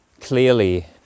clearly